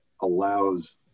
allows